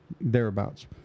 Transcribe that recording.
thereabouts